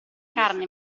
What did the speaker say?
carne